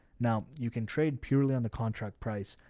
now you can trade purely on the contract price,